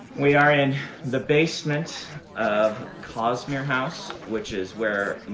we are in the basement of cosmere house, which is where